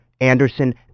Anderson